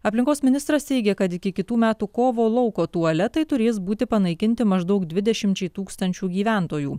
aplinkos ministras teigia kad iki kitų metų kovo lauko tualetai turės būti panaikinti maždaug dvidešimčiai tūkstančių gyventojų